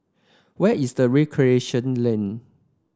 where is the Recreation Lane